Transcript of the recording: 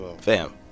Fam